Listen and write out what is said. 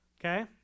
okay